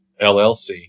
LLC